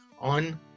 on